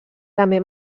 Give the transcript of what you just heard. també